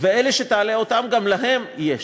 ואלה שתעלה אותם, גם להם יש.